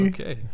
Okay